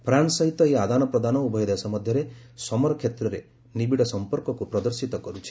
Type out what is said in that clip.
France ସହିତ ଏହି ଆଦାନ ପ୍ରଦାନ ଉଭୟ ଦେଶ ମଧ୍ୟରେ ସମର କ୍ଷେତ୍ରରେ ନିବିଡ଼ ସମ୍ପର୍କକୁ ପ୍ରଦର୍ଶିତ କରୁଛି